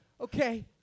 Okay